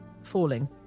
falling